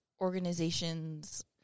organizations